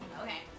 Okay